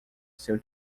seu